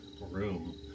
room